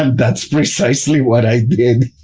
and that's precisely what i did.